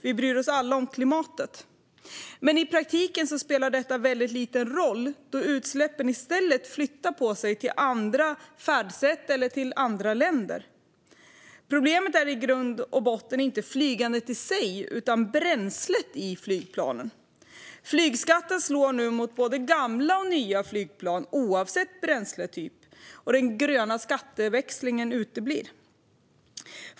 Vi bryr oss alla om klimatet. Men i praktiken spelar detta väldigt liten roll då utsläppen i stället flyttar på sig till andra färdsätt eller till andra länder. Problemet är i grund och botten inte flygandet i sig utan bränslet i flygplanen. Flygskatten slår nu mot både gamla och nya flygplan oavsett bränsletyp, och den gröna skatteväxlingen uteblir.